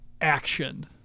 action